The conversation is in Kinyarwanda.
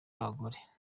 abagore